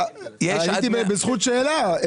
הייתי בזכות שאלה.